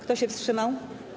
Kto się wstrzymał?